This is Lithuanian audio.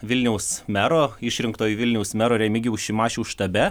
vilniaus mero išrinktojo vilniaus mero remigijaus šimašiaus štabe